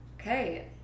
Okay